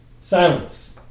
Silence